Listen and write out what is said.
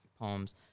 poems